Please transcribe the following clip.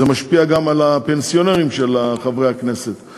זה משפיע גם על חברי הכנסת הפנסיונרים.